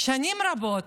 שנים רבות